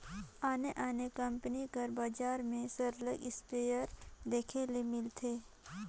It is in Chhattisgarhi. आने आने कंपनी कर बजार में सरलग इस्पेयर देखे ले मिलथे